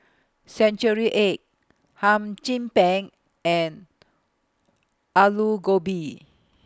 Century Egg Hum Chim Peng and Aloo Gobi